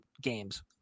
games